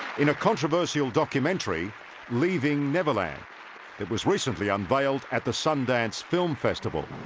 in a controversial documentary leaving neverland that was recently unveiled at the sundance film festival